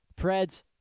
Preds